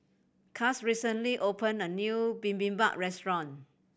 Cass recently opened a new Bibimbap Restaurant